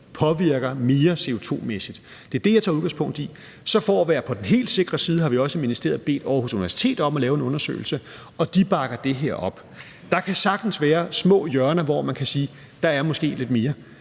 påvirker mere CO2-mæssigt. Det er det, jeg tager udgangspunkt i. Så for at være på den helt sikre side har vi også i ministeriet bedt Aarhus Universitet om at lave en undersøgelse, og de bakker det her op. Der kan sagtens være små hjørner, hvor man kan sige at der måske er lidt mere.